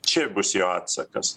čia bus jo atsakas